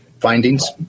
findings